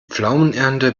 pflaumenernte